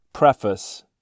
preface